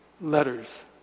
letters